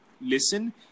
listen